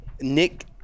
nick